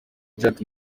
jack